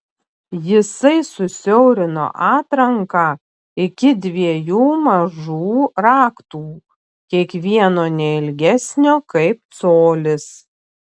jisai susiaurino atranką iki dviejų mažų raktų kiekvieno ne ilgesnio kaip colis